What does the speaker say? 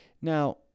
Now